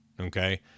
okay